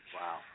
Wow